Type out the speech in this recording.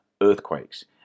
earthquakes